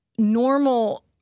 Normal